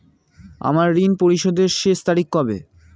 আমার ঋণ পরিশোধের শেষ তারিখ কবে?